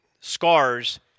scars